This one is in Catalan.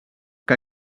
que